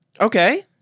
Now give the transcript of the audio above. Okay